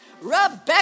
Rebecca